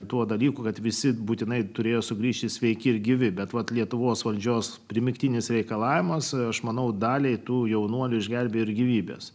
tuo dalyku kad visi būtinai turėjo sugrįžti sveiki ir gyvi bet vat lietuvos valdžios primygtinis reikalavimas o aš manau daliai tų jaunuolių išgelbėjo gyvybes